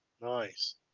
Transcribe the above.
Nice